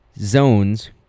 zones